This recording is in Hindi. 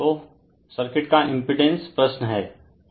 तो सर्किट का इम्पीडेन्स प्रश्न हैं